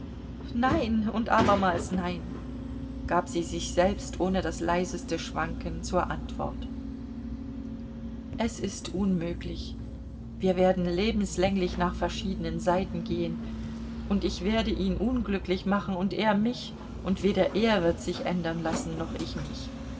nein und abermals nein gab sie sich selbst ohne das leiseste schwanken zur antwort es ist unmöglich wir werden lebenslänglich nach verschiedenen seiten gehen und ich werde ihn unglücklich machen und er mich und weder er wird sich ändern lassen noch ich mich